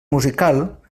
musical